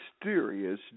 Mysterious